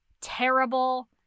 terrible